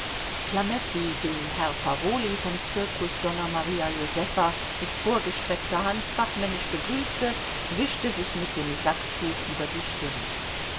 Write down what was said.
flametti den herrn farolyi vom zirkus donna maria josefa mit vorgestreckter hand fachmännisch begrüßte wischte sich mit dem sacktuch über die stirn